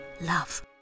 love